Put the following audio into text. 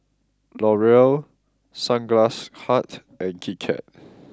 Laurier Sunglass Hut and Kit Kat